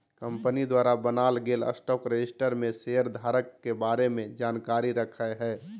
company द्वारा बनाल गेल स्टॉक रजिस्टर में शेयर धारक के बारे में जानकारी रखय हइ